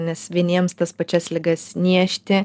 nes vieniems tas pačias ligas niežti